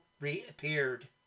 reappeared